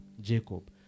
Jacob